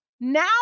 now